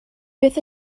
beth